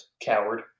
coward